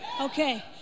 Okay